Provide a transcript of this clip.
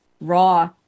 raw